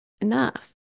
enough